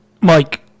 Mike